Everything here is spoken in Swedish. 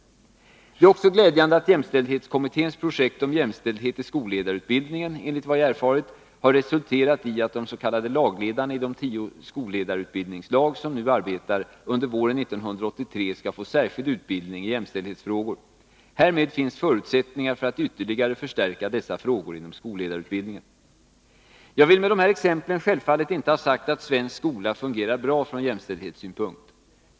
Det är också glädjande att jämställdhetskommitténs projekt om jämställdhet i skolledarutbildningen, enligt vad jag erfarit, har resulterat i att de s.k. lagledarna i de tio skolledarutbildningslag som nu arbetar under våren 1983 skall få särskild utbildning i jämställdhetsfrågor. Härmed finns förutsättningar för att ytterligare förstärka dessa frågor inom skolledarutbildningen. Jag vill med dessa exempel självfallet inte ha sagt att svensk skola fungerar bra från jämställdhetssynpunkt.